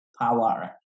power